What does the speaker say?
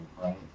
right